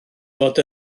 fod